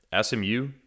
smu